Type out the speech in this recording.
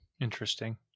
interesting